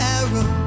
arrow